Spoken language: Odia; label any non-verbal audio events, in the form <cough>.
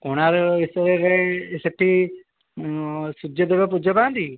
କୋଣାର୍କ <unintelligible> ସେହିଠି ସୂର୍ଯ୍ୟ ଦେବ ପୂଜା ପାଆନ୍ତି